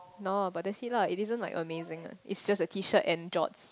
no ah but that's it lah it isn't like amazing ah it's just a T shirt and jots